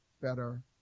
better